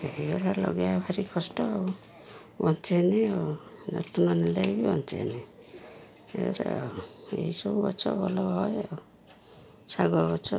ଏଇଗୁଡ଼ା ଲଗେଇବା ଭାରି କଷ୍ଟ ଆଉ ବଞ୍ଚେନି ଆଉ ଯତ୍ନ ନେଲେ ବି ବଞ୍ଚେନି ଏରେ ଆଉ ଏଇସବୁ ଗଛ ଭଲ ହୁଏ ଆଉ ଶାଗ ଗଛ